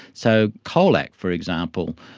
so colac, for example,